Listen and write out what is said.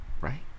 right